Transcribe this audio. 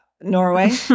Norway